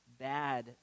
bad